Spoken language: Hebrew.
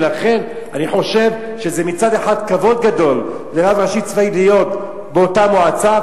ולכן אני חושב שזה מצד אחד כבוד גדול לרב צבאי ראשי להיות באותה מועצה,